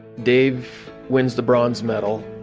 dave wins the bronze medal.